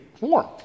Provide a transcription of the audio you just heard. warm